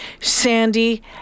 Sandy